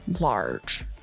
large